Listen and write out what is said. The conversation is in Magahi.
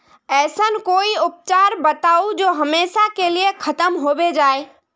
ऐसन कोई उपचार बताऊं जो हमेशा के लिए खत्म होबे जाए?